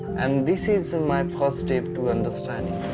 and this is and my first step to understanding.